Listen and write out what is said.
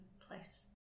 place